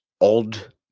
odd